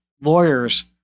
lawyers